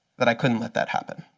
that i couldn't let that happen.